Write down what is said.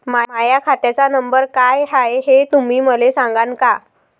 माह्या खात्याचा नंबर काय हाय हे तुम्ही मले सागांन का?